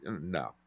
no